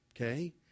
okay